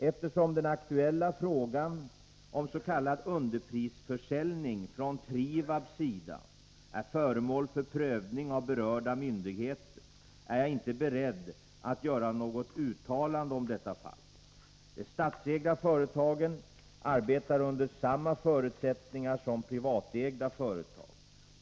Eftersom den aktuella frågan om s.k. underprisförsäljning från Trivabs sida är föremål för prövning av berörda myndigheter, är jag inte beredd att göra något uttalande om detta fall. De statsägda företagen arbetar under samma förutsättningar som privatägda företag.